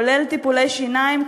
כולל טיפולי שיניים,